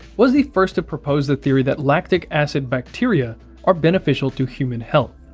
was the first to propose the theory that lactic acid bacteria are beneficial to human health.